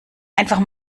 einfach